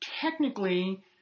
technically